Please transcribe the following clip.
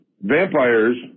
Vampires